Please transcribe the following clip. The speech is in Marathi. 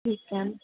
ठीक आहे